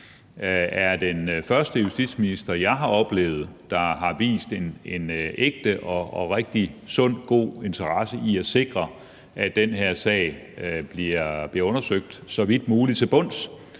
er den første justitsminister, jeg har oplevet der har vist en ægte og rigtig, sund, god interesse i at sikre, at den her sag bliver undersøgt så vidt muligt til bunds,